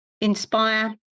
Inspire